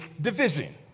division